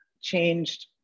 changed